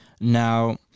Now